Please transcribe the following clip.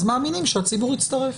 אז מאמינים שהציבור יצטרף.